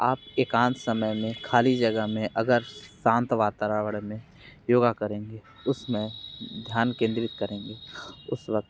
आप एकांत समय में खाली जगह में अगर शांत वातावरण में योगा करेंगे उस में ध्यान केंद्रित करेंगे उस वक्त